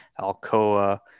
Alcoa